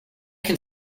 can